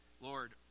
Lord